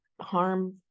harm